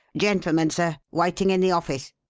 gentleman, sir waiting in the office,